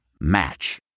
Match